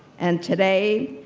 and today,